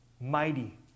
mighty